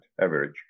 average